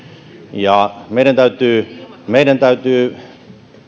meidän täytyy meidän täytyy